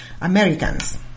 Americans